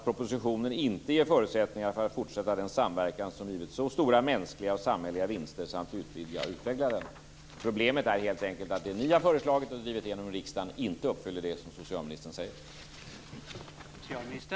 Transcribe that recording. Propositionen ger inte förutsättningar att fortsätta den samverkan som givit så stora mänskliga och samhälleliga vinster samt utvidga och utveckla den. Problemet är helt enkelt att det ni har föreslagit och drivit igenom i riksdagen inte uppfyller det som socialministern säger.